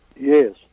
Yes